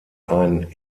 ein